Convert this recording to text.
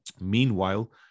Meanwhile